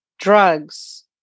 drugs